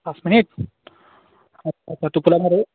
পাঁচ মিনিট আচ্ছা টোপোলা ভাত আৰু